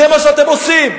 זה מה שאתם עושים.